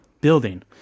building